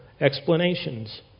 explanations